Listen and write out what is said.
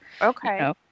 okay